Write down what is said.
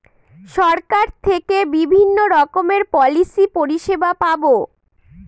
সরকার থেকে বিভিন্ন রকমের পলিসি পরিষেবা পাবো